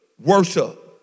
worship